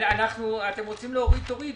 אם אתם רוצים להוריד, תורידו,